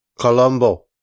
Colombo